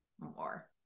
more